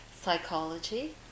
Psychology